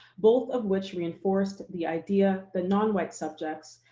both of which reinforced the idea that non-white subjects,